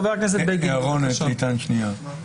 חבר הכנסת בגין, בבקשה.